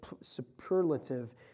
superlative